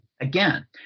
again